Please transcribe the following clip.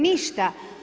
Ništa.